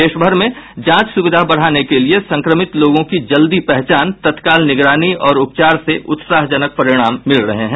देशभर में जांच सुविधा बढ़ाने के जरिए संक्रमित लोगों की जल्दी पहचान तत्काल निगरानी और उपचार से उत्साहजनक परिणाम मिल रहे हैं